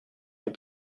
pour